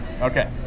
Okay